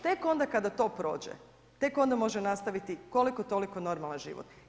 Tek onda kada to prođe, tek onda može nastaviti koliko toliko normalan životi.